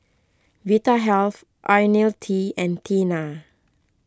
Vitahealth Ionil T and Tena